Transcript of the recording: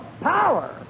power